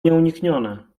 nieuniknione